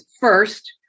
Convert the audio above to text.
first